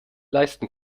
leisten